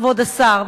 כבוד השר,